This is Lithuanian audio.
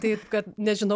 taip kad nežinau